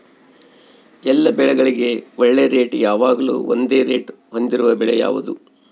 ಎಲ್ಲ ಬೆಳೆಗಳಿಗೆ ಒಳ್ಳೆ ರೇಟ್ ಯಾವಾಗ್ಲೂ ಒಂದೇ ರೇಟ್ ಹೊಂದಿರುವ ಬೆಳೆ ಯಾವುದು?